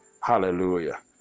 Hallelujah